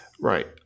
Right